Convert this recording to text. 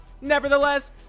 Nevertheless